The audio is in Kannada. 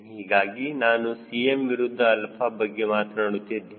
ಹೀಗಾಗಿ ನಾನು Cm ವಿರುದ್ಧ 𝛼 ಬಗ್ಗೆ ಮಾತನಾಡುತ್ತಿದ್ದೇನೆ